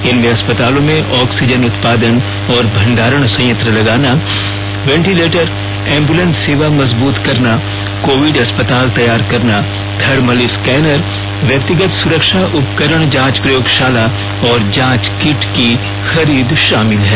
इनमें अस्पतालों में ऑक्सीजन उत्पादन और भंडारण संयंत्र लगाना वेंटिलेटर एंबुलेंस सेवा मजबूत करना कोविड अस्पताल तैयार करना थर्मल स्कैनर व्यक्तिगत सुरक्षा उपकरण जांच प्रयोगशाला और जांच किट की खरीद शामिल है